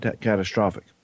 catastrophic